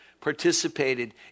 participated